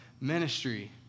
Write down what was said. ministry